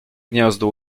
gniazdo